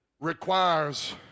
requires